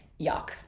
Yuck